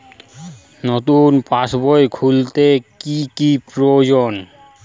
নতুন পাশবই খুলতে কি কি প্রয়োজন?